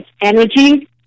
energy